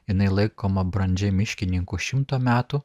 jinai laikoma brandžia miškininkų šimto metų